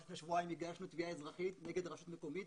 רק לפני שבועיים הגשנו תביעה אזרחית נגד רשות מקומית